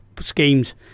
schemes